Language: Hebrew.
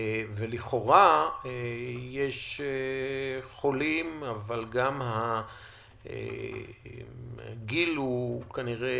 לכאורה יש חולים אבל גם הגיל הוא כנראה